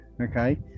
okay